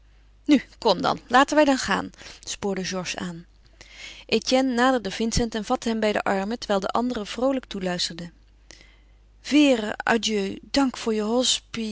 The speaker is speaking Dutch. nu kom dan laten wij dan gaan spoorde georges aan etienne naderde vincent en vatte hem bij de armen terwijl de anderen vroolijk toeluisterden vere adieu dank voor je